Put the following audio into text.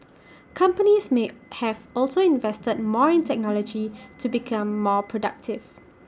companies may have also invested more in technology to become more productive